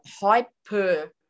hyper